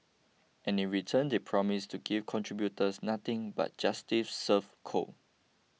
and in return they promise to give contributors nothing but justice serve cold